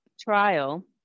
trial